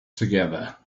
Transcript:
together